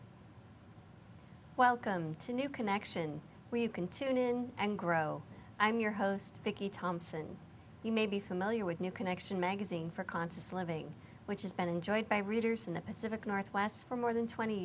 welcome to new connection where you can tune in and grow i'm your host vicky thompson you may be familiar with new connection magazine for conscious living which has been enjoyed by readers in the pacific northwest for more than twenty